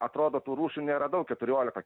atrodo tų rūšių nėra daug keturiolika